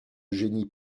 génie